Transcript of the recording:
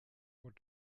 what